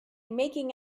making